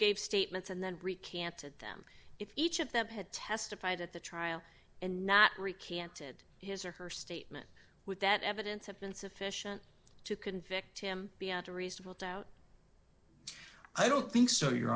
gave statements and then recanted them if each of them had testified at the trial and not recanted his or her statement with that evidence have been sufficient to convict him beyond a reasonable doubt i don't think so you